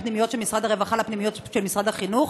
הפנימיות של משרד הרווחה לפנימיות של משרד החינוך.